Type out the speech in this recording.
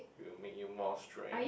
it will make you more stress